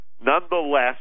nonetheless